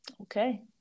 Okay